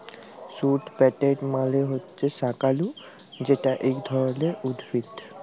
sweet potato মালে হছে শাঁকালু যেট ইক ধরলের উদ্ভিদ